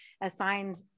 assigned